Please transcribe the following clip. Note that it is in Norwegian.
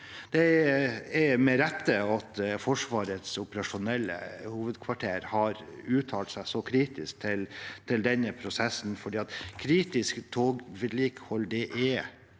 Det er med rette at Forsvarets operative hovedkvarter har uttalt seg så kritisk til denne prosessen, for kritisk togvedlikehold er